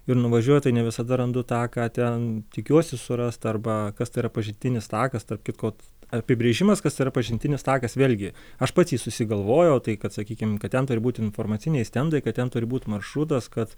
ir nuvažiuoju tai ne visada randu tą ką ten tikiuosi surast arba kas tai yra pažintinis takas tarp kitko apibrėžimas kas tai yra pažintinis takas vėlgi aš pats jį susigalvojau tai kad sakykim kad ten turi būt informaciniai stendai kad ten turi būt maršrutas kad